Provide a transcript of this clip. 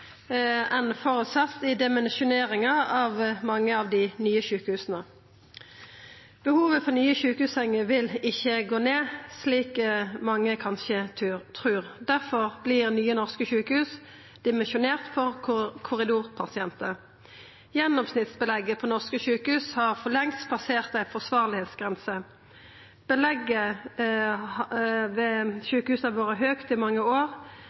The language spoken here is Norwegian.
enn føresett i dimensjoneringa av mange av dei nye sjukehusa. Behovet for nye sjukehussenger vil ikkje gå ned, slik mange kanskje trur. Difor vert nye norske sjukehus dimensjonerte for korridorpasientar. Gjennomsnittsbelegget ved norske sjukehus har for lengst passert ei forsvarleg grense. Belegget ved sjukehusa har vore høgt i mange år.